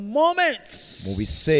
moments